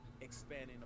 expanding